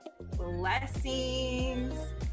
blessings